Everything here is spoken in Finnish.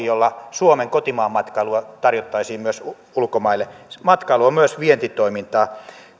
jolla suomen kotimaan matkailua tarjottaisiin myös ulkomaille matkailu on myös vientitoimintaa